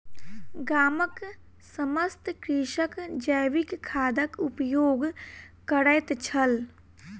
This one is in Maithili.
गामक समस्त कृषक जैविक खादक उपयोग करैत छल